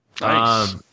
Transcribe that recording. Nice